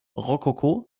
rokoko